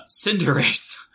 Cinderace